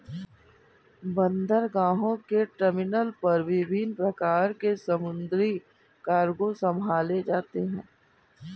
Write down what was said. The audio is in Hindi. बंदरगाहों के टर्मिनल पर विभिन्न प्रकार के समुद्री कार्गो संभाले जाते हैं